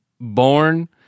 born